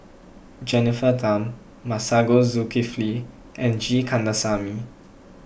Jennifer Tham Masagos Zulkifli and G Kandasamy